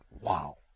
Wow